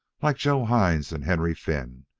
like joe hines and henry finn,